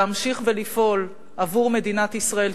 להמשיך לפעול עבור מדינת ישראל,